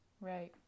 Right